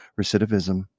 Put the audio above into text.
recidivism